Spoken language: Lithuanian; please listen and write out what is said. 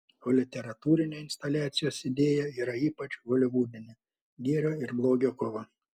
o literatūrinė instaliacijos idėja yra ypač holivudinė gėrio ir blogio kova